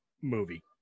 movie